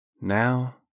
Now